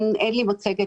אין לי מצגת.